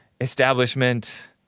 establishment